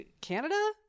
Canada